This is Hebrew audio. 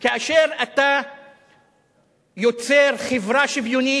כאשר אתה יוצר חברה שוויונית,